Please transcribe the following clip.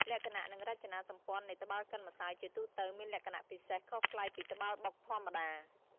លក្ខណៈ និងរចនាសម្ព័ន្ធនៃត្បាល់កិនម្សៅជាទូទៅមានលក្ខណៈពិសេសខុសប្លែកពីត្បាល់បុកធម្មតា។